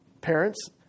Parents